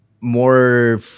more